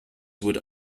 would